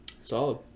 Solid